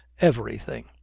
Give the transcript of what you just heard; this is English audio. Everything